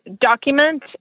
document